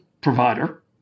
provider